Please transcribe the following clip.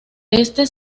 este